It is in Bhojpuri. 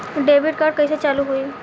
डेबिट कार्ड कइसे चालू होई?